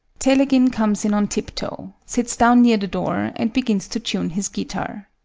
telegin comes in on tiptoe, sits down near the door, and begins to tune his guitar.